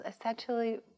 essentially